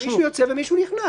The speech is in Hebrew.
לא, מישהו יוצא ומישהו נכנס.